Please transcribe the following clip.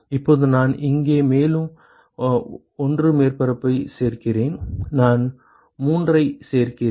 இப்போது நான் இங்கே மேலும் 1 மேற்பரப்பைச் சேர்க்கிறேன் நான் 3 ஐச் சேர்க்கிறேன்